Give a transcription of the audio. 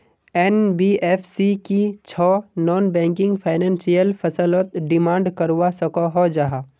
NBFC की छौ non banking financial फसलोत डिमांड करवा सकोहो जाहा?